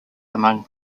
among